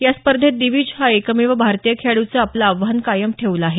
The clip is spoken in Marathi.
या स्पर्धेत दिवीज या एकमेव भारतीय खेळाडूनं आपलं आव्हान कायम ठेवलं आहे